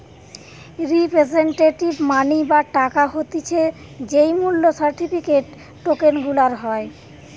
representative money বা টাকা হতিছে যেই মূল্য সার্টিফিকেট, টোকেন গুলার হয়